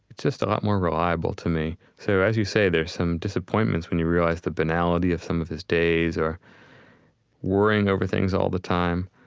just a lot more reliable to me. so, as you say, there's some disappointments when you realize the banality of some of his days or worrying over things all the time.